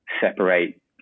separate